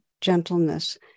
gentleness